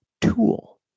tool